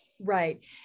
Right